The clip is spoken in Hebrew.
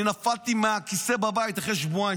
אני נפלתי מהכיסא בבית אחרי שבועיים,